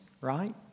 right